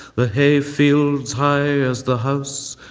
the hayfields high as the house,